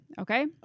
Okay